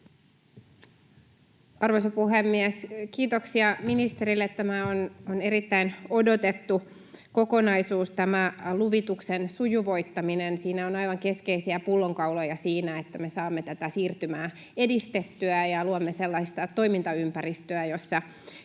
Arvoisa puhemies! Kiitoksia ministerille. Tämä luvituksen sujuvoittaminen on erittäin odotettu kokonaisuus. Siinä on aivan keskeisiä pullonkauloja sille, että me saamme tätä siirtymää edistettyä ja luomme sellaista toimintaympäristöä, jossa